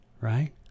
right